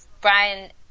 Brian –